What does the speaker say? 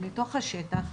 מתוך השטח,